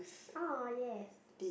!aw! yes